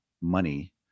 money